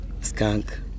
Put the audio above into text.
Skunk